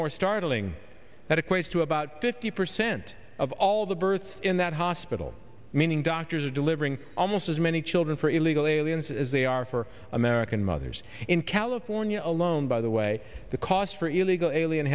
more startling that equates to about fifty percent of all the births in that hospital meaning doctors are delivering almost as many children for illegal aliens as they are for american mothers in california alone by the way the cost for illegal alien